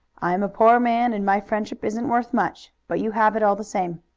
i'm a poor man, and my friendship isn't worth much, but you have it, all the same.